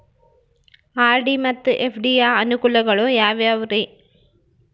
RD ಮತ್ತು FD ಯ ಅನುಕೂಲಗಳು ಯಾವ್ಯಾವುರಿ?